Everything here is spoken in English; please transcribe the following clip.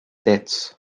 deaths